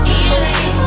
Healing